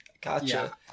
Gotcha